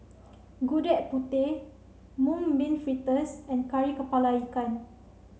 Gudeg Putih mung bean fritters and Kari Kepala Ikan